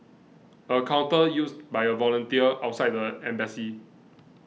a counter used by a volunteer outside the embassy